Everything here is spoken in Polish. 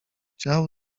chciał